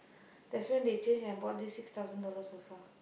that's when they change and bought this six thousand dollar sofa